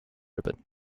ribbon